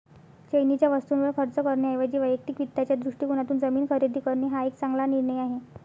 चैनीच्या वस्तूंवर खर्च करण्याऐवजी वैयक्तिक वित्ताच्या दृष्टिकोनातून जमीन खरेदी करणे हा एक चांगला निर्णय आहे